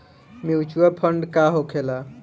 Mutual fund का होखेला?